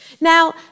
Now